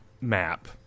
map